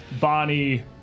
Bonnie